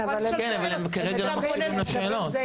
אבל הם כרגע לא מקשיבים לשאלות.